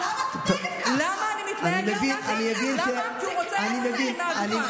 "רוח בני האדם הָעֹלָה היא למעלה ורוח הבהמה הַיֹּרֶדֶת היא למטה לארץ",